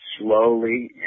slowly